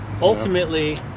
Ultimately